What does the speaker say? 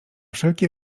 wszelki